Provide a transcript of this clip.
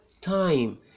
time